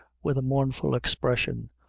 with a mournful expression,